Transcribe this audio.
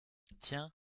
tiens